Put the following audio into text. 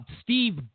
Steve